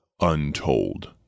untold